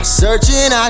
searching